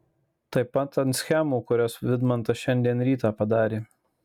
taip pat ant schemų kurias vidmantas šiandien rytą padarė